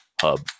hub